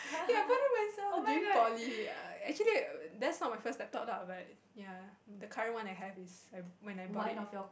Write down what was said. ya I bought it myself during poly err actually that's not my first laptop lah but ya the current one I have is I when I bought it